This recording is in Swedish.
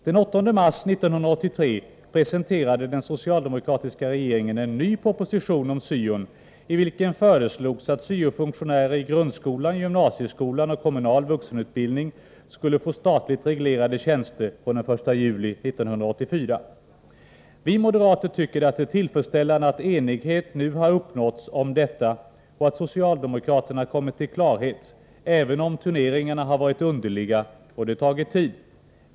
Den 8 mars 1983 presenterade den socialdemokratiska regeringen en ny proposition om syon, i vilken föreslogs att syo-funktionärer i grundskolan, gymnasieskolan och kommunal vuxenutbildning skulle få statligt reglerade tjänster från den 1 juli 1984. Vi moderater tycker det är tillfredsställande att enighet nu har uppnåtts om detta och att socialdemokraterna kommit till klarhet, även om turneringarna har varit underliga och det tagit tid.